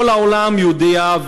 כל העולם יודע,